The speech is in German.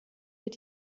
wird